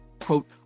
Quote